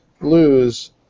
lose